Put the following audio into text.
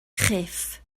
chyff